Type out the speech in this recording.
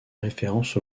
référence